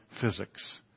physics